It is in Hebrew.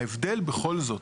ההבדל בכל זאת,